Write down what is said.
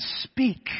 speak